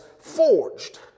forged